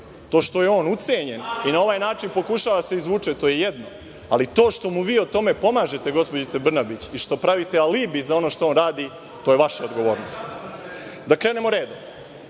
To što je on ucenjen i na ovaj način pokušava da se izvuče je jedno, ali to što mu vi pomažete u tome, gospođice Brnabić, i što pravite alibi za ono što radi, to je vaša odgovornost. Da krenemo redom,